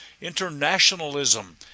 internationalism